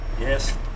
yes